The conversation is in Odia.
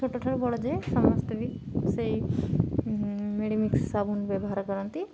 ଛୋଟ ଠାରୁ ବଡ଼ ଯାଏ ସମସ୍ତେ ବି ସେଇ ମେଡ଼ିମିକ୍ସ ସାବୁନ ବ୍ୟବହାର କରନ୍ତି